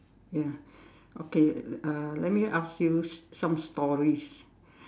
ya okay uh let me ask you some stories